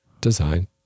design